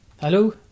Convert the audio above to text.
hello